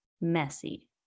messy